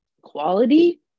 quality